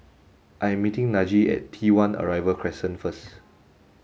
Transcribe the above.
I am meeting Najee at T One Arrival Crescent first